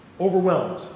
Overwhelmed